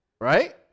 right